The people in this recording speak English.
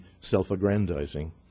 self-aggrandizing